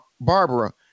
Barbara